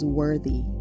worthy